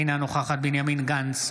אינה נוכחת בנימין גנץ,